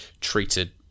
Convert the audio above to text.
treated